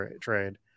trade